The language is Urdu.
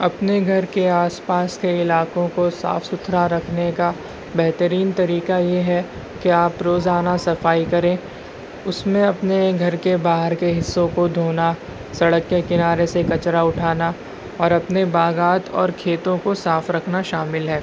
اپنے گھر کے آس پاس کے علاقوں کو صاف ستھرا رکھنے کا بہترین طریقہ یہ ہے کہ آپ روزانہ صفائی کریں اس میں اپنے گھر کے باہر کے حصوں کو دھونا سڑک کے کنارے سے کچرا اٹھانا اور اپنے باغات اور کھیتوں کو صاف رکھنا شامل ہے